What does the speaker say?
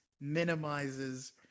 minimizes